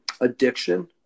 addiction